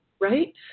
right